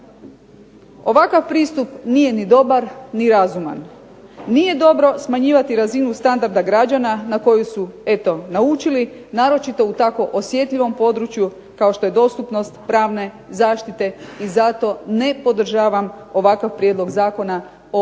Ovakav pristup nije ni dobar ni razuman. Nije dobro smanjivati razinu standarda građana na koju su eto naučili naročito u tako osjetljivom području kao što je dostupnost pravne zaštite i zato ne podržavam ovakav Prijedlog zakona o područjima